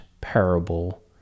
parable